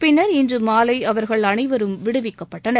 பின்னர் இன்று மாலை அவர்கள் அனைவரும் விடுவிக்கப்பட்டனர்